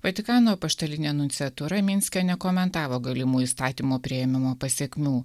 vatikano apaštalinėje minske nekomentavo galimų įstatymo priėmimo pasekmių